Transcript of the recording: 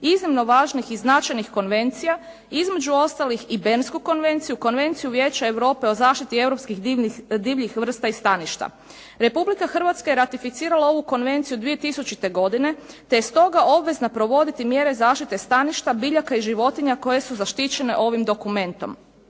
iznimno važnih i značajnih konvencija, između ostalog i Bernsku konvenciju, Konvenciju Vijeća Europe o zaštiti europskih divljih vrsta i staništa. Republika Hrvatska je ratificirala ovu konvenciju 2000. godine te je stoga obveza provoditi mjere zaštite staništa biljaka i životinja koje su zaštićene ovim dokumentom